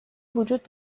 وجود